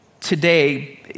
today